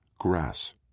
grass